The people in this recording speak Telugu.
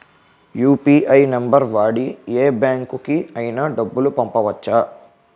యు.పి.ఐ నంబర్ వాడి యే బ్యాంకుకి అయినా డబ్బులు పంపవచ్చ్చా?